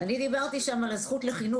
אסור להוציא אותם לחל"ת.